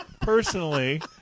personally